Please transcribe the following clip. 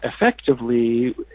effectively